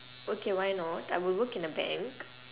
okay why not I would work in a bank